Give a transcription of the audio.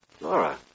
Laura